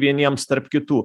vieniems tarp kitų